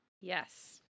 Yes